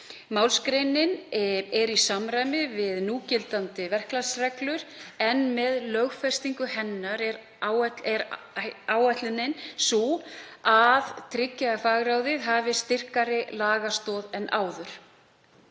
Málsgreinin er í samræmi við núgildandi verklagsreglur en með lögfestingu hennar er ætlunin sú að tryggja að fagráðið hafi styrkari lagastoð en áður.